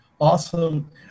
Awesome